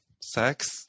sex